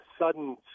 sudden